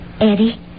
Eddie